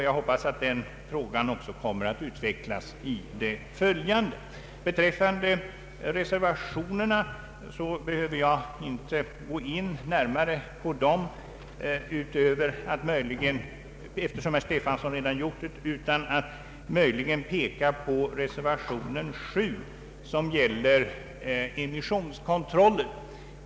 Jag hop pas att den frågan också kommer att utvecklas i det följande. Beträffande reservationerna behöver jag inte närmare gå in på dem, eftersom herr Stefanson redan gjort det, utom att jag möjligen skall peka på reservationen 7, som gäller emissionskontrollen.